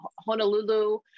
Honolulu